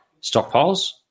stockpiles